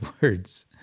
words